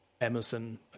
Emerson